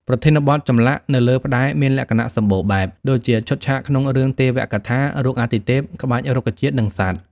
ប្រធានបទចម្លាក់នៅលើផ្តែរមានលក្ខណៈសម្បូរបែប ដូចជា ឈុតឆាកក្នុងរឿងទេវកថា រូបអាទិទេព ក្បាច់រុក្ខជាតិ និងសត្វ។